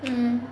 um